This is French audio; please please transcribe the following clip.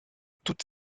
toute